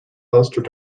alistair